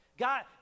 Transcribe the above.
God